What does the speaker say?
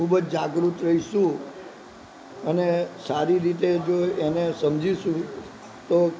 ખૂબ જાગૃત રહીશું અને સારી રીતે જો એને સમજીશું તો